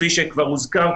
כפי שכבר הוזכר,